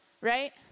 Right